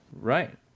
right